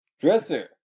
Dresser